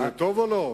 זה טוב או לא?